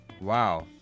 Wow